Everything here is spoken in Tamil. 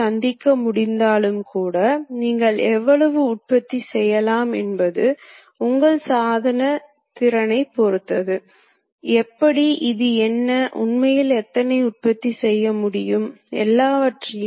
எனவே ஒரு அடிப்படை நீள அலகு என்பது உங்களிடம் ஒரு ஷாப்ட் என்கோடர் உள்ளது என்று வைத்துக்கொள்வோம்